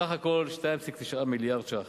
סך הכול 2.9 מיליארד ש"ח,